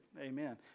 amen